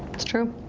it's true,